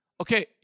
Okay